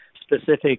specific